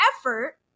effort